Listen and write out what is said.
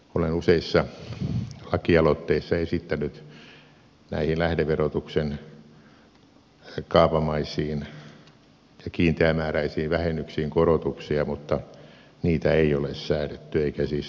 olen useissa lakialoitteissa esittänyt näihin lähdeverotuksen kaavamaisiin ja kiinteämääräisiin vähennyksiin korotuksia mutta niitä ei ole säädetty eikä siis säädetä nytkään